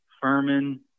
Furman